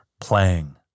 playing